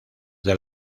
del